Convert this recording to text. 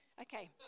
Okay